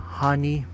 honey